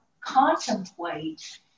contemplate